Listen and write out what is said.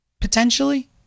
potentially